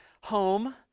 home